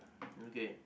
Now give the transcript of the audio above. okay